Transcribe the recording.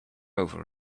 over